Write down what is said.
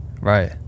Right